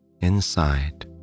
Inside